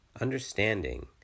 Understanding